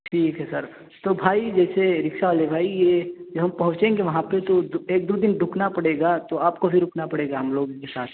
ٹھیک ہے سر تو بھائی جیسے رکشا والے بھائی یہ جب ہم پہنچیں گے وہاں پہ تو ایک دو دن رکنا پڑے گا تو آپ کو بھی رکنا پڑے گا ہم لوگ کے ساتھ